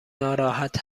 ناراحت